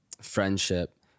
friendship